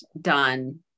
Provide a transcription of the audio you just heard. done